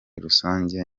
rusange